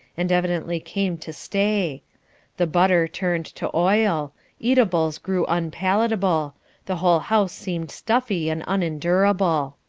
and evidently came to stay the butter turned to oil eatables grew unpalatable the whole house seemed stuffy and unendurable.